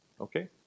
okay